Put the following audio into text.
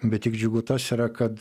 bet tik džiugu tas yra kad